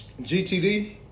GTD